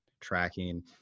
tracking